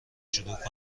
شروع